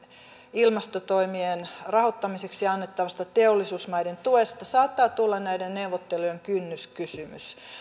ilmastotoimien rahoittamiseksi annettavasta teollisuusmaiden tuesta saattaa tulla näiden neuvottelujen kynnyskysymys